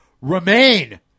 remain